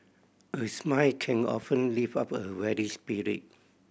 a smile can often lift up a weary spirit